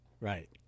Right